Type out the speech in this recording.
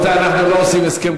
רבי אריה, ממה